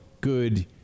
good